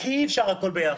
כי אי-אפשר הכול ביחד.